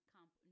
Camp